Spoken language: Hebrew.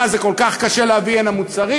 מה, זה כל כך קשה להביא הנה מוצרים?